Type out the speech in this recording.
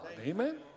Amen